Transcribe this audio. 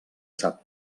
sap